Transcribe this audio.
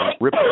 rip